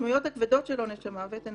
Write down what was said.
המשמעויות הכבדות של עונש המוות הן